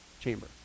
chamber